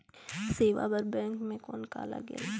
सेवा बर बैंक मे कौन का लगेल?